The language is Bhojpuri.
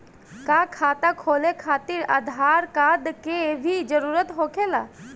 का खाता खोले खातिर आधार कार्ड के भी जरूरत होखेला?